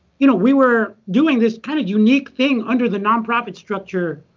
you know we were doing this kind of unique thing under the nonprofit structure